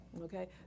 okay